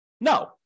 No